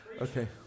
Okay